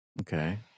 Okay